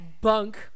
bunk